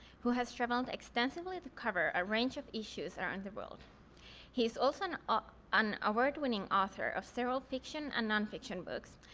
who has traveled extensively to cover a range of issues around the world he's also an ah an award-winning author of several fiction and nonfiction books,